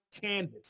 canvas